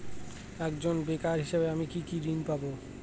একজন বেকার হিসেবে আমি কি কি ঋণ পাব?